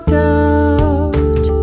doubt